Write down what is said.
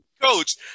Coach